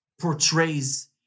portrays